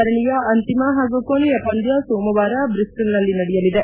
ಸರಣಿಯ ಅಂತಿಮ ಹಾಗೂ ಕೊನೆಯ ಪಂದ್ಯ ಸೋಮವಾರ ಬ್ರಿಸ್ಸಲ್ನಲ್ಲಿ ನಡೆಯಲಿದೆ